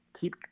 keep